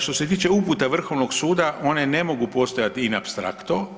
Što se tiče uputa Vrhovnog suda one ne mogu postojati in abstracto.